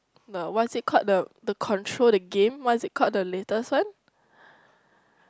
the what is it called the the control the game what is it called the latest one